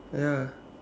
ya